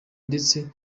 ndetse